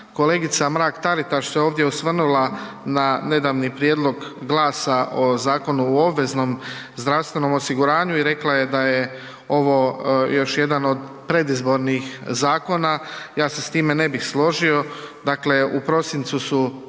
Kolegica Mrak TAritaš se ovdje osvrnula na nedavni prijedlog GLAS-a o Zakonu o DZO-u i rekla je ovo još jedan od predizbornih zakona. Ja se s time ne bih složio. Dakle, u prosincu je